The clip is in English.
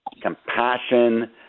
compassion